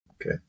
okay